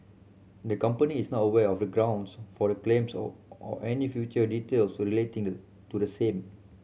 the company is not aware of the grounds for the claims or any further details relating the to the same